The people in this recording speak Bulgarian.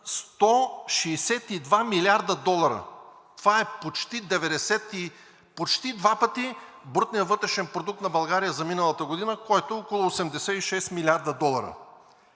162 млрд. долара. Това е почти два пъти брутният вътрешен продукт на България за миналата година, който е около 86 млрд. долара.